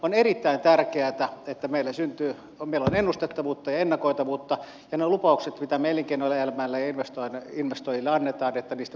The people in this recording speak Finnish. on erittäin tärkeätä että meillä on ennustettavuutta ja ennakoitavuutta ja niistä lupauksista mitä me elinkeinoelämälle ja investoijille annamme myös pidetään kiinni